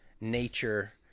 nature